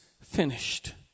finished